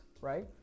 right